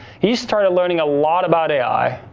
he started learning a lot about ai.